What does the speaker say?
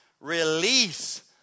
release